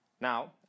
Now